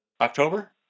October